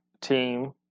team